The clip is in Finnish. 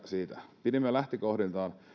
siitä pidimme lähtökohdiltaan